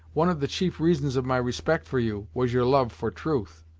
one of the chief reasons of my respect for you, was your love for truth.